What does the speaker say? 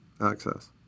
access